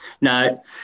No